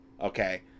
Okay